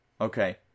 Okay